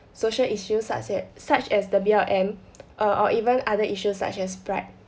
social issues such as such as the B_L_M or or even other issues such as bribe